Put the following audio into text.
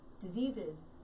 diseases